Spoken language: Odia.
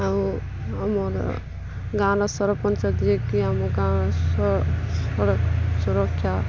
ଆଉ ଆମର ଗାଁ'ର ସରପଞ୍ଚ ଯିଏ କି ଆମ ଗାଁ ସଡ଼କ ସୁରକ୍ଷା